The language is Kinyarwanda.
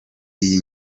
iyi